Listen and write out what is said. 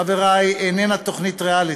חברי, איננה תוכנית ריאליטי.